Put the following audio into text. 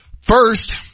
First